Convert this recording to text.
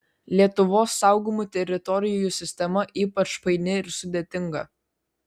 lietuvos saugomų teritorijų sistema ypač paini ir sudėtinga